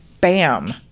bam